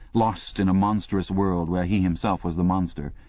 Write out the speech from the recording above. lost in a monstrous world where he himself was the monster.